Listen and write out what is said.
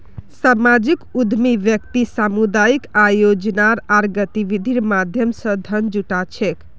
सामाजिक उद्यमी व्यक्ति सामुदायिक आयोजना आर गतिविधिर माध्यम स धन जुटा छेक